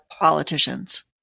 politicians